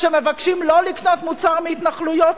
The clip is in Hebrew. שמבקשים לא לקנות מוצר מהתנחלויות.